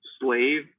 slave